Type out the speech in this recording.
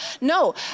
No